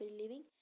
living